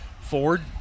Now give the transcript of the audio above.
Ford